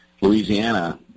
Louisiana